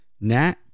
Nat